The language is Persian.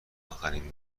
آخرین